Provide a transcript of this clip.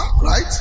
right